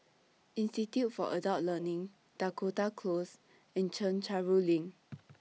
Institute For Adult Learning Dakota Close and Chencharu LINK